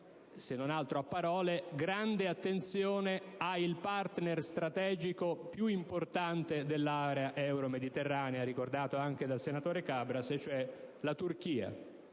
se non altro a parole, una grande attenzione al *partner* strategico più importante dell'area euromediterranea, ricordato anche dal senatore Cabras, e cioè la Turchia.